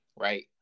right